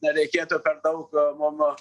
nereikėtų per daug mum